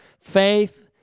faith